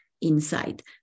inside